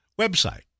website